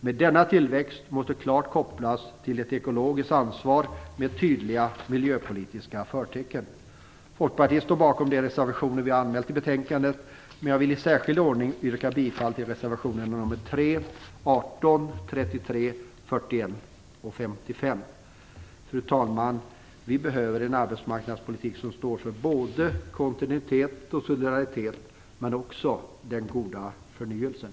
Men denna tillväxt måste klart kopplas till ett ekologiskt ansvar med tydliga miljöpolitiska förtecken. Folkpartiet står bakom de reservationer vi har fogat till betänkandet, men jag vill särskilt yrka bifall till reservationerna nr 3, 18, 33, 41 och 55. Fru talman! Vi behöver en arbetsmarknadspolitik som står för kontinuitet och solidaritet men också för den goda förnyelsen.